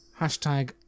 hashtag